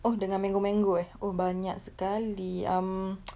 oh dengan mango mango eh oh banyak sekali um